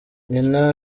nyina